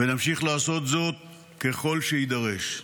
ונמשיך לעשות זאת ככל שיידרש.